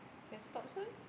can stop soon